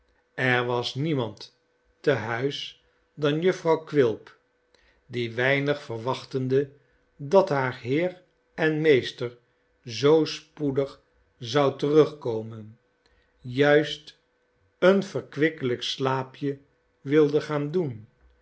er was niemand te huis dan jufvrouw quilp die weinig verwachtende dat haar heer en meester zoo spoedig zou terugkomen juist een verkwikkelijk slaapje wilde gaan doen